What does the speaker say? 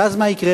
ואז מה יקרה?